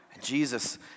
Jesus